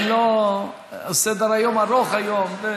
סדר-היום ארוך היום.